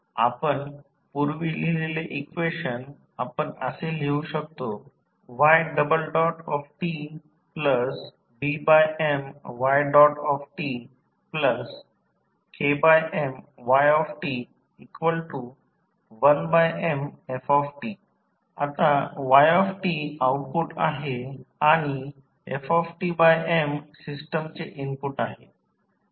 आपण पूर्वी लिहिलेले इक्वेशन आपण असे लिहू शकतो ytBMytKMyt1Mft आता yt आऊटपुट आहे आणि fMसिस्टमचे इनपुट आहे